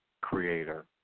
creator